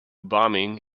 bombing